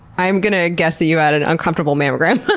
i'm going to guess that you had an uncomfortable mammogram.